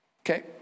Okay